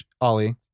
Ollie